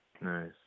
Nice